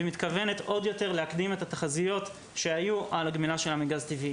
מי שיכול לקנות את הגז זה שברון כי היא מוכרת גז בכל העולם.